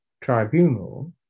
tribunal